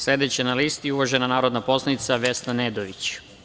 Sledeća na listi je uvažena narodna poslanica Vesna Nedović.